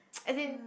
as in